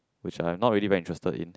which I'm not really very interested in